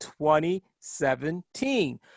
2017